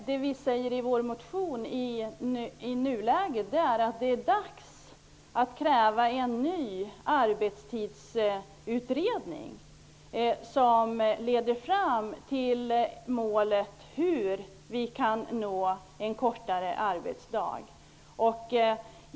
Det vi säger nu i vår motion är att det är dags att kräva en ny arbetstidsutredning som skall ta reda på hur vi kan nå målet om en kortare arbetsdag.